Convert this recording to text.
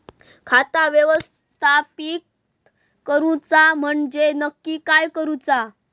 खाता व्यवस्थापित करूचा म्हणजे नक्की काय करूचा?